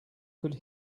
could